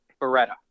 Beretta